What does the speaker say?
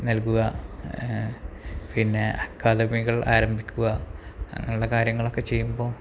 നൽകുക പിന്നെ അക്കാദമികൾ ആരംഭിക്കുക അങ്ങനെയുള്ള കാര്യങ്ങളൊക്കെ ചെയ്യുമ്പോൾ